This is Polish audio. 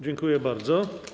Dziękuję bardzo.